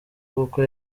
kuko